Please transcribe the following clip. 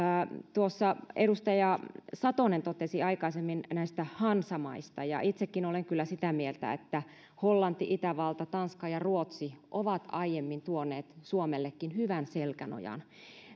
edustaja satonen totesi aikaisemmin näistä hansamaista ja itsekin olen kyllä sitä mieltä että hollanti itävalta tanska ja ruotsi ovat aiemmin tuoneet suomellekin hyvän selkänojan